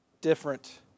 different